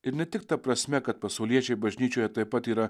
ir ne tik ta prasme kad pasauliečiai bažnyčioje taip pat yra